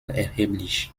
erheblich